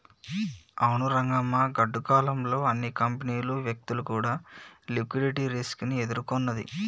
అవును రంగమ్మ గాడ్డు కాలం లో అన్ని కంపెనీలు వ్యక్తులు కూడా లిక్విడిటీ రిస్క్ ని ఎదుర్కొన్నది